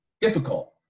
difficult